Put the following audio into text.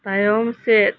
ᱛᱟᱭᱚᱢ ᱥᱮᱫ